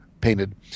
painted